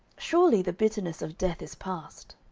surely the bitterness of death is past.